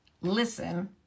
listen